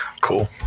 Cool